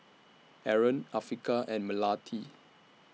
Aaron Afiqah and Melati